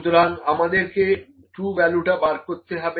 সুতরাং আমাদেরকে true value টা বার করতে হবে